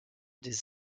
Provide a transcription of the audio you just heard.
des